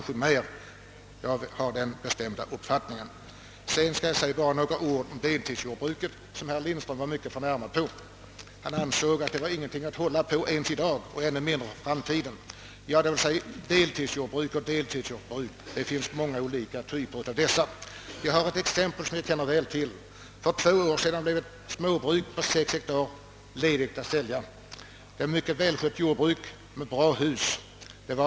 Sedan skall jag säga bara några ord om deltidsjordbruket, som herr Lindström beskärmade sig så mycket över. Han ansåg, att deltidsjordbruk inte var någonting att hålla på i dag och ännu mindre för framtiden. Det finns många olika typer av deltidsjordbruk. Jag kan anföra ett exempel som jag känner till. För två år sedan utbjöds ett småbruk om 6 ha till försäljning: Det var ett mycket välskött jordbruk med bra byggnader.